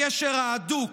לקשר ההדוק,